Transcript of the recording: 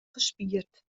gespierd